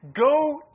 go